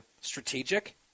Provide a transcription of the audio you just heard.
strategic